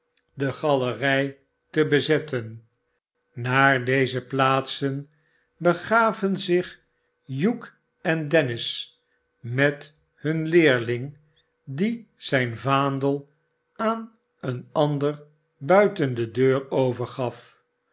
te bezetten naar deze plaats begaven zich hugh en dennis met htm leerling die zijn vaandel aan een ander buiten de deur overgaf